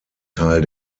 teil